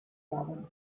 bauen